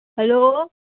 hello